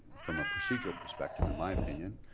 from a procedural perspective, in my opinion,